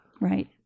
Right